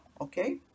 okay